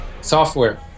software